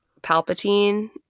Palpatine